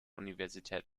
universität